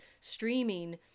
streaming